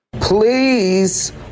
Please